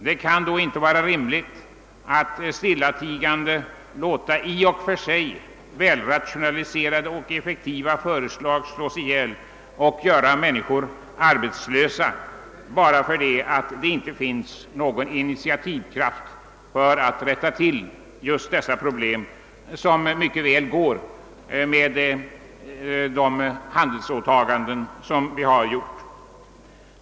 Det kan då inte vara rimligt att stillatigande låta i och för sig välrationaliserade och effektiva företag slås ihjäl och därigenom göra människor arbetslösa endast av den anledningen att initiativkraft saknas för att lösa detta problem, ett problem som mycket väl går att lösa med de handelsåtaganden vi har gjort.